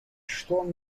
что